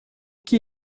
que